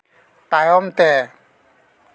ᱛᱟᱭᱚᱢ ᱛᱮ